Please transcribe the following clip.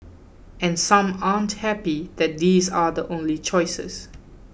and some aren't happy that these are the only choices